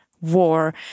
war